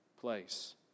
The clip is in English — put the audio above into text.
place